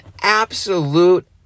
absolute